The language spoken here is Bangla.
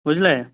বুঝলে